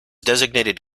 designated